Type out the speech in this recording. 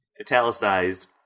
italicized